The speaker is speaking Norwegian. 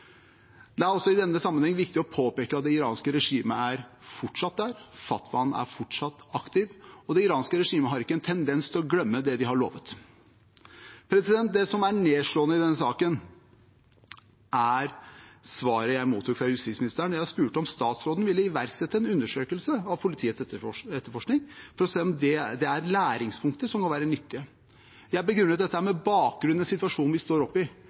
Det er også i denne sammenheng viktig å påpeke at det iranske regimet fortsatt er der, fatwaen er fortsatt aktiv, og det iranske regimet har ikke en tendens til å glemme det de har lovet. Det som er nedslående i denne saken, er svaret jeg mottok fra justisministeren da jeg spurte om statsråden ville iverksette en undersøkelse av politiets etterforskning, for å se om det er læringspunkter der som kan være nyttige. Jeg begrunnet dette med bakgrunn i situasjonen vi står oppe i.